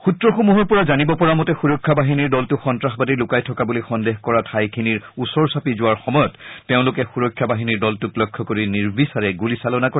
সূত্ৰসমূহৰ পৰা জানিব পৰা মতে সূৰক্ষা বাহিনীৰ দলটো সন্নাসবাদী লুকাই থকা বুলি সন্দেহ কৰা ঠাইখিনিৰ ওচৰ চাপি যোৱাৰ সময়ত তেওঁলোকে সুৰক্ষা বাহিনীৰ দলটোক লক্ষ্য কৰি নিৰ্বিচাৰে গুলীচালনা কৰে